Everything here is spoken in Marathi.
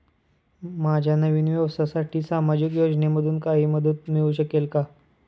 माझ्या नवीन व्यवसायासाठी सामाजिक योजनेतून काही मदत मिळू शकेल का?